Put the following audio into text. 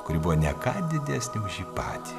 kuri buvo ne ką didesnė už jį patį